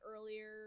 earlier